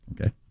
okay